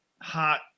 hot